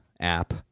app